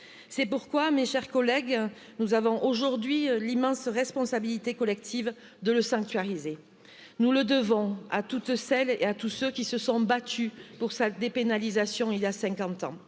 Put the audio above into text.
C'est pourquoi mes chers collègues nous avons aujourd'hui l'immense responsabilité collective de le sanctuariser nous le devons à toutes celles et à tous ceux qui se sont battus pour cet dépénalisation il y a cinquante